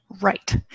Right